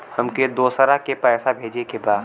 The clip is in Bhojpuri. हमके दोसरा के पैसा भेजे के बा?